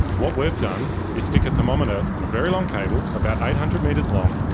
what we've done is stick a thermometer on a very long cable, about eight hundred metres long,